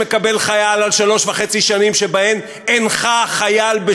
והשיא הוא כמובן הסיפור ששלוש וחצי שנים שאין בהן דקה של